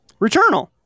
Returnal